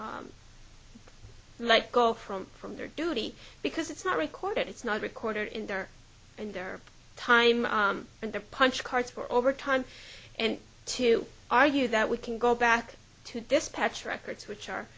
been like go from from their duty because it's not recorded it's not recorder in there and their time and their punch cards for overtime and to argue that we can go back to dispatch records which are